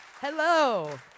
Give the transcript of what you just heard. Hello